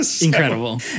Incredible